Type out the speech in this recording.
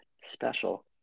special